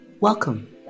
Welcome